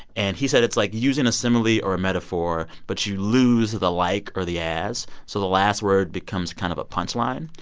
and he said it's like using a simile or a metaphor, but you lose the like or the as, so the last word becomes kind of a punchline.